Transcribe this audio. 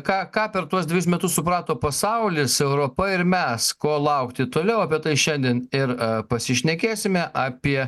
ką ką per tuos dvejus metus suprato pasaulis europa ir mes ko laukti toliau bet tai šiandien ir pasišnekėsime apie